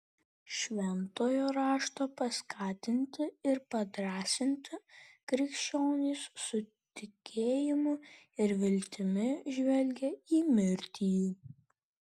šventojo rašto paskatinti ir padrąsinti krikščionys su tikėjimu ir viltimi žvelgią į mirtį